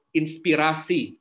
inspirasi